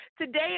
Today